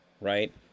Right